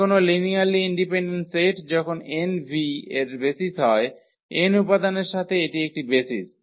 যে কোনও linearly independent set যখন 𝑛 V এর বেসিস হয় n উপাদানের সাথে এটি একটি বেসিস